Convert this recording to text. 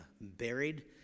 buried